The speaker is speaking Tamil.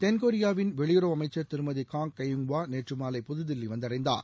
தென் கொரியாவின் வெளியுறவு அமைச்சர் திருமதி காப் கையுங் வா நேற்று மாலை புது தில்லி வந்தடைந்தார்